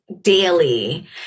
daily